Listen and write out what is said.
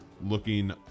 looking